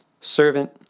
servant